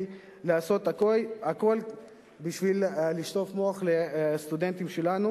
לעשות הכול בשביל לשטוף את המוח לסטודנטים שלנו